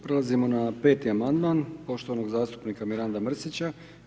Prelazimo na 5. amandman poštovanog zastupnika Miranda Mrsića.